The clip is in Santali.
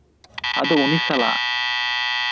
ᱟᱫᱚ ᱩᱱᱤ ᱥᱟᱞᱟᱜ